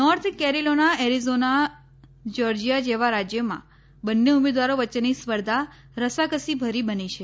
north Carolina Arizona Georgia જેવા રાજ્યોમાં બંન્ને ઉમેદવારો વચ્ચેની સ્પર્ધા રસાકસીભરી બની છે